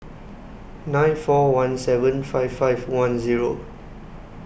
nine four one seven five five one Zero